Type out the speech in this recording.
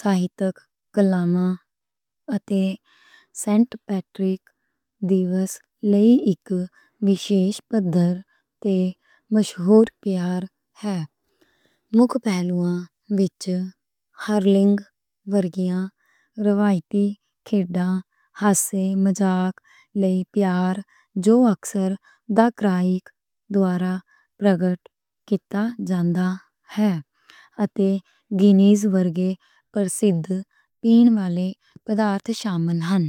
ساہِتک کلاماں اتے سینٹ پیٹرک دیوز لئی اک وِشیش، دے مشہور پیار ہے۔ مکھ پہلوآں وچ ہرلنگ ورگیاں روایتی کھیڑاں، ہاسے مزاک لئی پیار جو اکثر کرَیک دوارہ پرگٹ کِتا جاندا ہے، اتے گینیز ورگے پرسِدھ پین والے پردارت شامل ہن۔